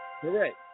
Correct